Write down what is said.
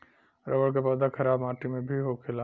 rubber क पौधा खराब माटी में भी होखेला